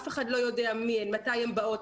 אף אחד לא יודע מי הן, מתי הן באות.